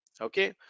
okay